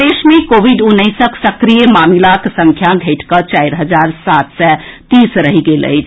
प्रदेश मे कोविड उन्नैसक सक्रिय मामिलाक संख्या घटिकऽ चारि हजार सात सय तीस रहि गेल अछि